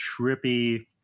trippy